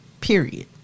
period